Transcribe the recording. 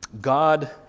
God